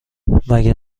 مگه